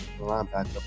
linebacker